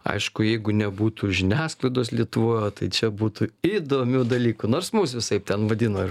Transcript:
aišku jeigu nebūtų žiniasklaidos lietuvoje tai čia būtų įdomių dalykų nors mus visaip ten vadino ir